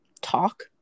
talk